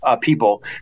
people